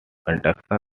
construction